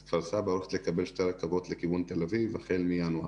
אז כפר סבא הולכת לקבל שתי רכבות לכיוון תל אביב החל מינואר.